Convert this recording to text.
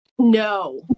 No